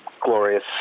glorious